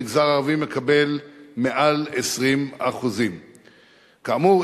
המגזר הערבי מקבל מעל 20%. כאמור,